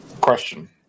question